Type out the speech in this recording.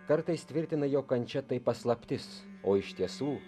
kartais tvirtina jog kančia tai paslaptis o iš tiesų